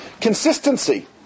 Consistency